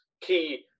key